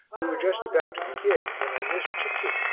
we were just about to begin when i missed cicciu.